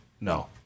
No